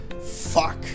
Fuck